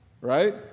Right